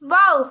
wow